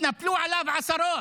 התנפלו עליו עשרות,